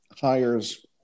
hires